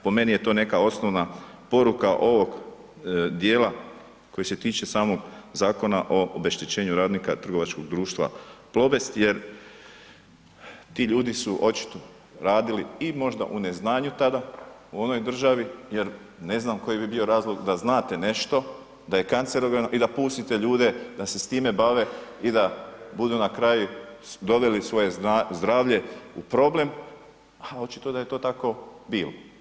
Po meni je to neka osnovna poruka ovog dijela koji se tiče samog Zakona o obeštećenju radnika trgovačkog društva Plobest, jer ti ljudi su očito radili i možda u neznanju tada u onoj državi jer ne znam koji bi bio razlog da znate nešto da je kancerogeno i da pustite ljude da se s time bave i da budu na kraju doveli svoje zdravlje u problem, a očito da je to tako bilo.